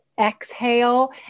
exhale